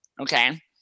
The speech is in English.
Okay